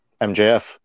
MJF